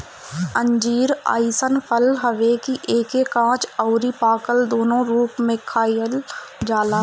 अंजीर अइसन फल हवे कि एके काच अउरी पाकल दूनो रूप में खाइल जाला